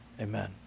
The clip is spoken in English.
Amen